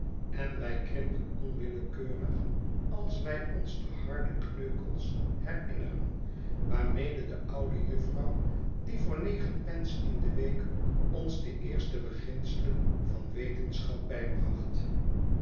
en wij krimpen onwillekeurig als wij ons de harde kneukels herinneren waarmede de oude juffrouw die voor negen pence in de week ons de eerste beginselen van wetenschap bybracht